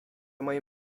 moim